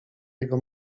jego